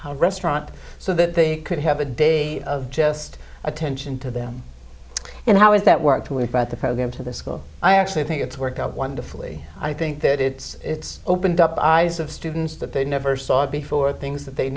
the restaurant so that they could have a day of just attention to them and how is that work to worry about the program to the school i actually think it's worked out wonderfully i think that it's opened up eyes of students that they never saw before things that they